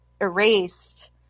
erased